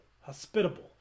hospitable